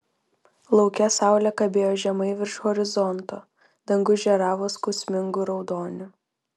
lauke saulė kabėjo žemai virš horizonto dangus žėravo skausmingu raudoniu